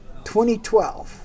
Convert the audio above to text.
2012